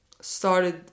started